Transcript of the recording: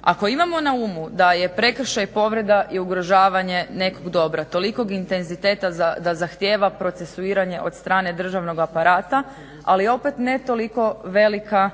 Ako imamo na umu da je prekršaj povreda i ugrožavanje nekog dobro tolikog intenziteta da zahtjeva procesuiranje od strane državnog aparata, ali opet ne toliko velika